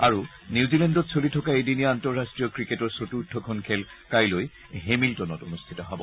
আৰু নিউজিলেণ্ডত চলি থকা এদিনীয়া আন্তঃৰাষ্ট্ৰীয় ক্ৰিকেটৰ চতুৰ্থখন খেল কাইলৈ হেমিলটনত অনুষ্ঠিত হ'ব